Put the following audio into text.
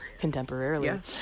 contemporarily